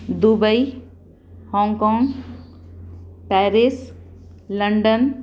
Dubai Hong Kong Paris London